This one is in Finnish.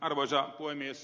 arvoisa puhemies